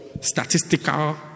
statistical